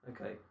Okay